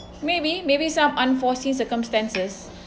maybe maybe some unforeseen circumstances